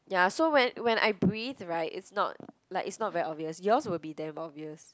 ya so when when I breathe [right] it's not like it's not very obvious yours will be damn obvious